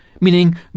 meaning